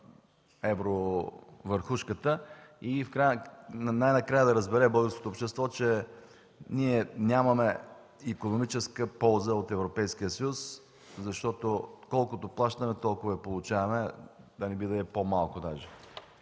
евровърхушката и най-накрая да разбере българското общество, че ние нямаме икономическа полза от Европейския съюз, защото колкото плащаме, толкова и получаваме, да не би даже да е